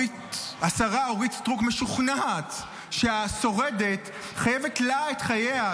השרה אורית סטרוק משוכנעת שהשורדת חייבת לה את חייה,